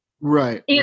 right